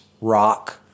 rock